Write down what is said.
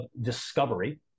discovery